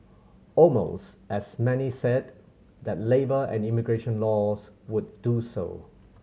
almost as many said that labour and immigration laws would do so